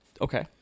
Okay